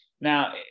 Now